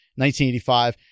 1985